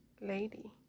lady